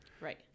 right